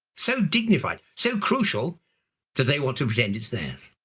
so dignified, so crucial that they want to pretend it's theirs.